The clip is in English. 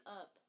up